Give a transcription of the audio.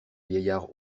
vieillard